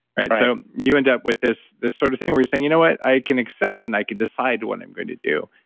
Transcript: right? so you end up with this this sort of thing where you're saying, you know what, i can accept, and i can decide what i'm going to do.